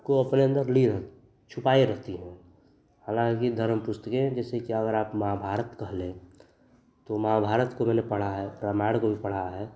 को अपने अन्दर लिए छुपाए रहती हैं वह हालाँकि धर्म पुस्तकें जैसे कि अगर आप महाभारत कह लें तो महाभारत को मैंने पढ़ा है रामायण को भी पढ़ा है